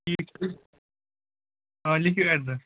ٹھیٖک چھُ آ لیٖکھِو ایٚڈرس